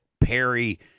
Perry